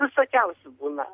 visokiausių būna